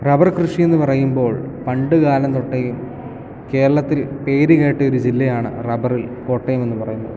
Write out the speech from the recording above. rubber കൃഷി എന്ന് പറയുമ്പോൾ പണ്ടുകാലം തൊട്ടേ കേരളത്തിൽ പേരുകേട്ട ഒരു ജില്ലയാണ് റബ്ബറിൽ കോട്ടയം എന്ന് പറയുന്നത്